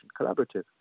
Collaborative